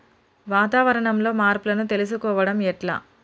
వాతావరణంలో మార్పులను తెలుసుకోవడం ఎట్ల?